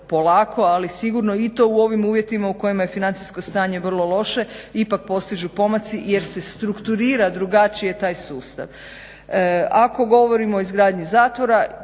ali sigurno i to u ovim uvjetima u kojima je financijsko stanje vrlo loše ipak postižu pomaci jer se strukturira drugačije taj sustav. Ako govorimo o izgradnji zatvora,